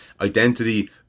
identity